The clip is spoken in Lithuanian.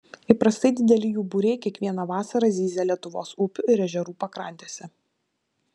įprastai dideli jų būriai kiekvieną vasarą zyzia lietuvos upių ir ežerų pakrantėse